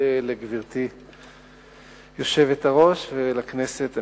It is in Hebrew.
מודה לגברתי היושבת-ראש ולכנסת הנכבדה.